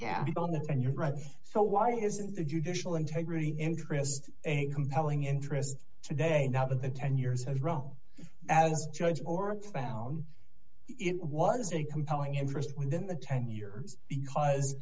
t and you're right so why isn't the judicial integrity interest a compelling interest today now that the ten years has roe as judge or found it was a compelling interest within the ten years because